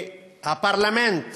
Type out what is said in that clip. הפרלמנט